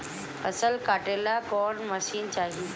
फसल काटेला कौन मशीन चाही?